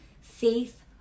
faith